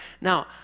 Now